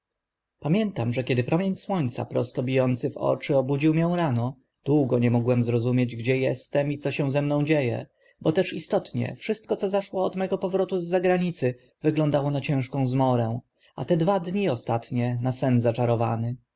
pamiętam że kiedy promień słońca prosto bijący w oczy obudził mię rano długo nie mogłem zrozumieć gdzie estem i co się ze mną dzie e bo też istotnie wszystko co zaszło od mego powrotu z zagranicy wyglądało na ciężką zmorę a te dwa dni ostatnie na sen zaczarowany